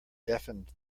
deafened